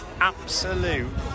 absolute